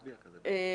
בצ'ט.